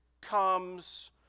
comes